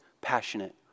passionate